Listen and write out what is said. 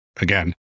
again